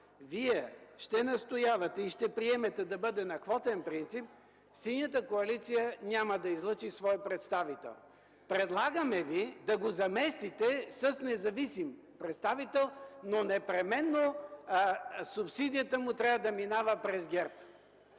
Вие ще настоявате и ще приемете да бъде на квотен принцип, Синята коалиция няма да излъчи свой представител. Предлагаме Ви да го заместите с независим представител, но непременно субсидията му трябва да минава през ГЕРБ.